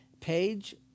page